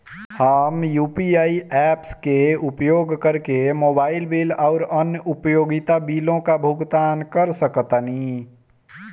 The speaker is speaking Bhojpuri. हम यू.पी.आई ऐप्स के उपयोग करके मोबाइल बिल आउर अन्य उपयोगिता बिलों का भुगतान कर सकतानी